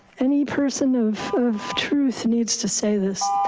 any person of of truth needs to say this.